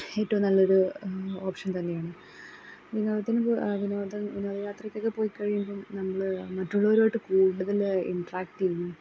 ഏറ്റോം നല്ലൊരു ഓപ്ഷൻ തന്നെയാണ് വിനോദത്തിന് പോ വിനോദം വിനോദയാത്രയ്ക്കൊക്കെ പോയിക്കഴിയുമ്പം നമ്മൾ മറ്റുള്ളവരുവായിട്ട് കൂടുതൽ ഇൻട്രാക്ററ് ചെയ്യുന്നു